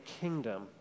kingdom